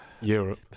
Europe